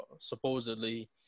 Supposedly